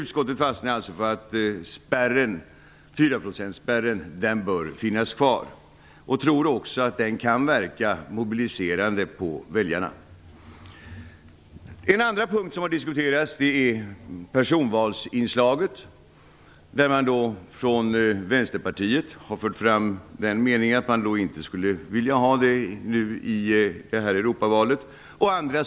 Utskottet fastnade alltså för att 4-procentsspärren bör finnas kvar och tror också att den kan verka mobiliserande på väljarna. En andra punkt som har diskuterats är personvalsinslaget. Från Vänsterpartiet har man fört fram meningen att man inte skulle vilja ha något sådant i Europavalet.